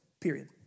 period